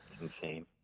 Insane